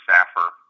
Saffer